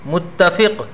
متفق